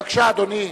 בבקשה, אדוני.